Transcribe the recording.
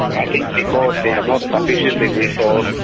i think because they are not sufficiently resourced,